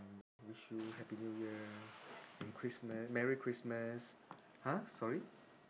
wish you happy new year and christmas merry christmas !huh! sorry